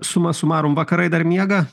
suma sumarum vakarai dar miega